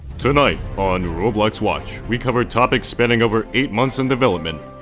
tonight, on roblox watch. we cover topics spanning over eight month in development.